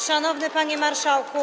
Szanowny Panie Marszałku!